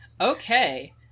Okay